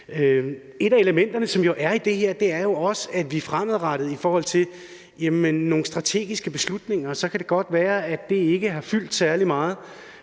Et af elementerne, som også er i det her, er jo, at der fremadrettet i forhold til nogle strategiske beslutninger – det kan godt være, at det ikke har fyldt særlig meget